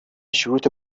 شروط